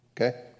okay